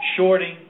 shorting